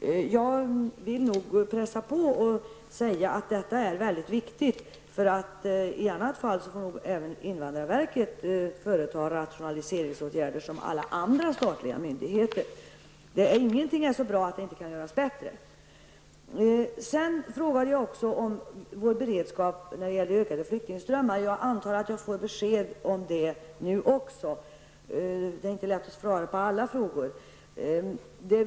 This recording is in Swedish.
Jag vill pressa på och säga att detta är mycket viktigt. Om detta inte sker får invandrarverket nog företa rationaliseringsåtgärder som alla andra statliga myndigheter. Ingenting är så bra att det inte kan göras bättre. Jag frågade också om vår beredskap när det gäller ökade flyktingströmmar. Jag antar att jag kommer att få besked om det nu. Det är inte lätt att hinna svara på alla frågor.